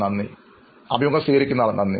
നന്ദി അഭിമുഖം സ്വീകരിക്കുന്നയാൾ നന്ദി